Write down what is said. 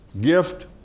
Gift